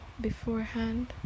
beforehand